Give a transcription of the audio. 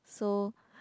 so